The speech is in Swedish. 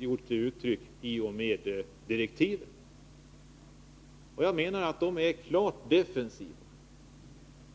gett uttryck för genom direktiven. Jag menar att de är klart defensiva.